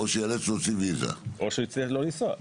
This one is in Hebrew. או שהוא יצטרך לא לנסוע פשוט.